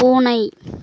பூனை